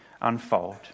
unfold